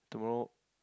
tomorrow